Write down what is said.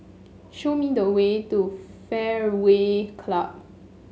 show me the way to Fairway Club